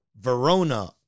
Verona